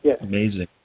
Amazing